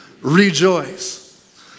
rejoice